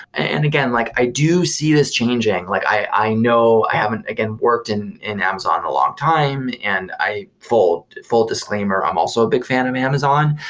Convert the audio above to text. and again, like i do see this changing. like i know i haven't again worked in in amazon a long time, and full full disclaimer, i'm also a big fan of amazon.